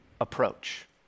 approach